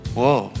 whoa